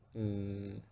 mm